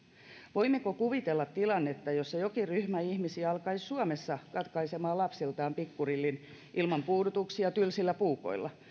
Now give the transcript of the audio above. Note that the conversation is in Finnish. voimmeko kuvitella tilannetta jossa jokin ryhmä ihmisiä alkaisi suomessa katkaisemaan lapsiltaan pikkurillin ilman puudutuksia tylsillä puukoilla